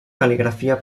cal·ligrafia